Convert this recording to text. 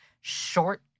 short